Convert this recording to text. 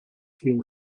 feel